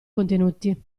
contenuti